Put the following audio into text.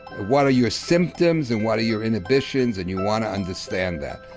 what are your symptoms and what are your inhibitions, and you want to understand that.